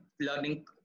learning